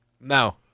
No